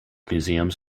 museums